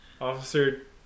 Officer